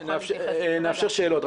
תוכל --- נאפשר שאלות,